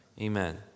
amen